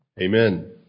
Amen